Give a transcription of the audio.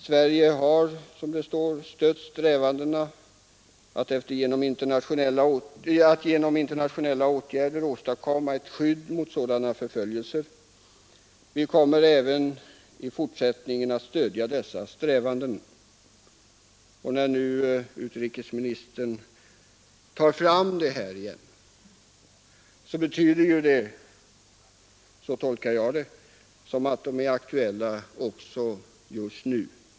Sverige har, som det står, ”stött strävandena att genom internationella åtgärder åstadkomma ett skydd mot sådana förföljelser. Vi kommer även i fortsättningen att stödja dessa strävanden.” När nu utrikesministern tar upp detta igen, betyder det att de är aktuella just nu. Jag tolkar det så.